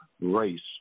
race